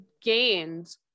gained